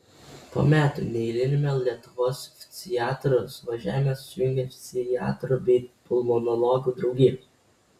po metų neeiliniame lietuvos ftiziatrų suvažiavime susijungė ftiziatrų bei pulmonologų draugijos